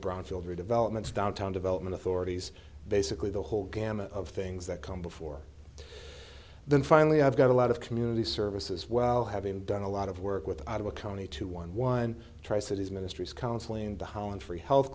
redevelopments downtown development authorities basically the whole gamut of things that come before then finally i've got a lot of community service as well having done a lot of work with out of a county two one one tri cities ministries counseling the holland free health